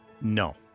No